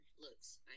looks